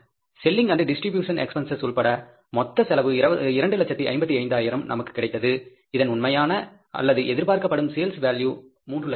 selling and distribution expenses உட்பட மொத்த செலவு 255000 நமக்கு கிடைத்தது இதன் உண்மையான அல்லது எதிர்பார்க்கப்படும் சேல்ஸ் வேல்யூ 300000 ஆகும்